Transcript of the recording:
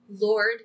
Lord